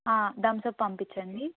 Thums up పంపించండి